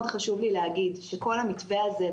מאוד חשוב לי להגיד שכל המתווה הזה,